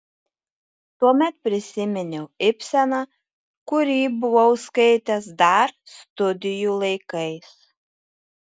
tuomet prisiminiau ibseną kurį buvau skaitęs dar studijų laikais